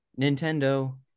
Nintendo